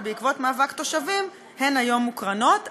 אבל בעקבות מאבק תושבים הן מוקרנות היום,